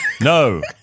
No